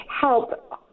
help